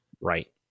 Right